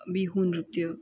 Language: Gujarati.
બીહું નૃત્ય